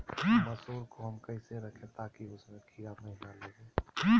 मसूर को हम कैसे रखे ताकि उसमे कीड़ा महिना लगे?